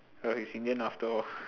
ya he's indian after all